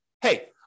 hey